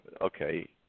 Okay